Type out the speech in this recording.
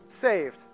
saved